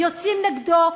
יוצאים נגדו.